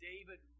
David